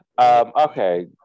Okay